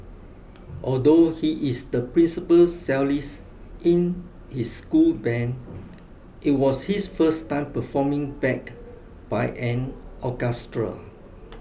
although he is the principal cellist in his school band it was his first time performing backed by an orchestra